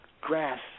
grass